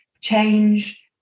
change